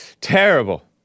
Terrible